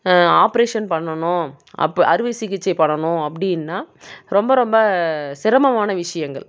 operation பண்ணணும் அப் அறுவை சிகிச்சை பண்ணணும் அப்படியின்னா ரொம்ப ரொம்ப சிரமமான விஷயங்கள்